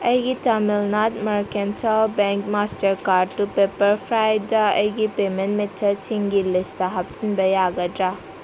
ꯑꯩꯒꯤ Tamilnad Mercantile Bank master ꯀꯥꯔꯠꯇꯨ ꯄꯦꯄꯔ ꯐ꯭ꯔꯥꯏꯗ ꯑꯩꯒꯤ ꯄꯦꯃꯦꯟ ꯃꯦꯊꯠꯁꯤꯡꯒꯤ ꯂꯤꯁꯇ ꯍꯥꯞꯆꯤꯟꯕ ꯌꯥꯒꯗ꯭ꯔꯥ